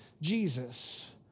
Jesus